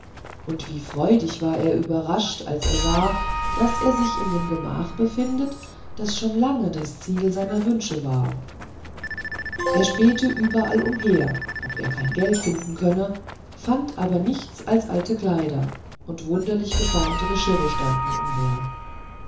und wie freudig war er überrascht als er sah daß er sich in dem gemach befinde das schon lange das ziel seiner wünsche war er spähte überall umher ob er kein geld finden könnte fand aber nichts nur alte kleider und wunderlich geformte geschirre standen umher